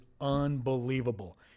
unbelievable